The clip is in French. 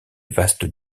vastes